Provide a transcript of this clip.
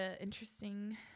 interesting